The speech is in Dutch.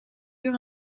uur